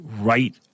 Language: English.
right